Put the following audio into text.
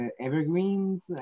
evergreens